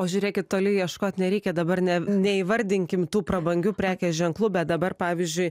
o žiūrėkit toli ieškot nereikia dabar ne neįvardinkim tų prabangių prekės ženklų bet dabar pavyzdžiui